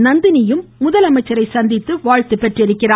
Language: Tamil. நந்தினியும் முதலமைச்சரை சந்தித்து வாழ்த்து பெற்றார்